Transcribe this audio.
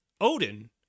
Odin